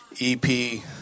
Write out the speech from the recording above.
EP